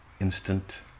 Instant